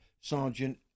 Sergeant